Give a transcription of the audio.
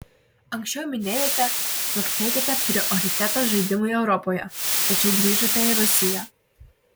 anksčiau minėjote jog teikiate prioritetą žaidimui europoje tačiau grįžote į rusiją